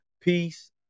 Peace